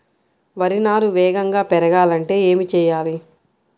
వరి నారు వేగంగా పెరగాలంటే ఏమి చెయ్యాలి?